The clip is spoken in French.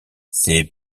ses